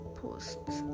posts